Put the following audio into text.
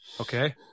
okay